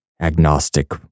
agnostic